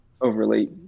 overly